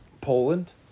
Poland